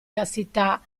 castità